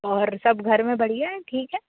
और सब घर में बढ़िया हैं ठीक है